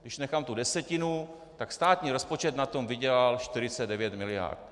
Když nechám tu desetinu, tak státní rozpočet na tom vydělal 49 mld.